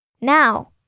Now